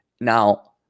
Now